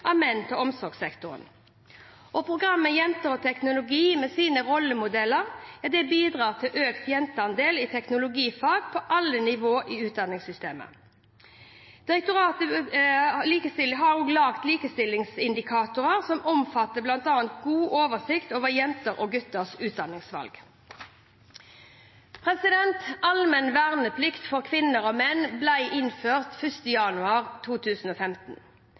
av menn til omsorgssektoren. Programmet Jenter og teknologi med sine rollemodeller bidrar til å øke jenteandelen i teknologifag på alle nivå i utdanningssystemet. Bufdirs likestillingsindikatorer omfatter bl.a. god oversikt over jenters og gutters utdanningsvalg. Allmenn verneplikt for kvinner og menn ble innført 1. januar 2015.